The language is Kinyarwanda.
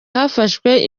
hafashwe